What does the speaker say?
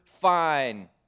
fine